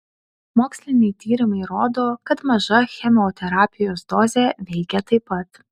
moksliniai tyrimai rodo kad maža chemoterapijos dozė veikia taip pat